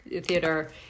theater